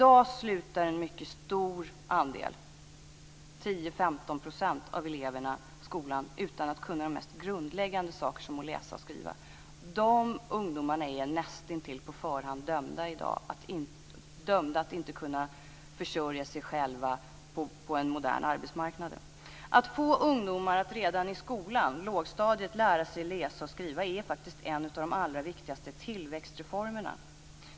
I dag slutar en mycket stor andel - 10-15 %- av eleverna skolan utan att kunna de mest grundläggande saker som att läsa och skriva. Dessa ungdomar är på förhand näst intill dömda i dag till att inte kunna försörja sig själva på den moderna arbetsmarknaden. Att få ungdomar att redan i skolan, på lågstadiet, lära sig läsa och skriva är faktiskt en av de allra viktigaste tillväxtreformerna.